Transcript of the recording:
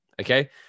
okay